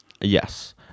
Yes